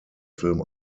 film